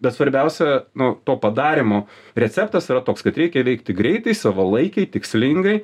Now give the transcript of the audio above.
bet svarbiausia nu to padarymo receptas yra toks kad reikia veikti greitai savalaikiai tikslingai